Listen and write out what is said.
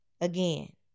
Again